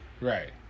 Right